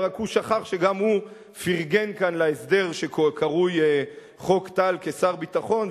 הוא רק שכח שגם הוא פרגן כאן להסדר שקרוי חוק טל כשר ביטחון,